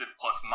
plus